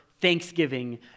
thanksgiving